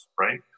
Right